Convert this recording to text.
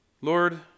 Lord